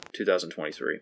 2023